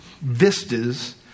vistas